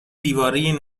دیواره